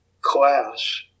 class